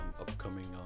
upcoming